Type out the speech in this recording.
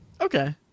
Okay